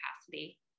capacity